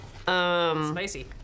Spicy